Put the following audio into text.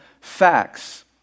facts